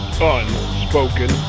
Unspoken